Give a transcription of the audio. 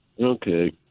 Okay